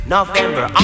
November